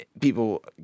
people